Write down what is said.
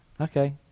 Okay